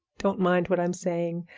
don't mind what i'm saying